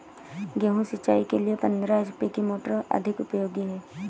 गेहूँ सिंचाई के लिए पंद्रह एच.पी की मोटर अधिक उपयोगी है?